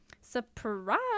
Surprise